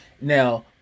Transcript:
Now